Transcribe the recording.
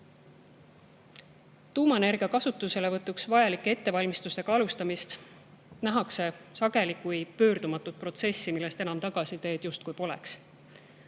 Tuumaenergia kasutuselevõtuks vajalike ettevalmistuste alustamist nähakse sageli kui pöördumatut protsessi, justkui tagasiteed poleks.